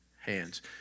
hands